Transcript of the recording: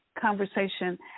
conversation